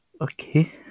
Okay